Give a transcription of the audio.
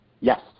Yes